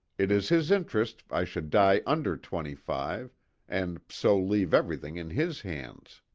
it is his interest i should die under twenty-five, and so leave everything in his hands.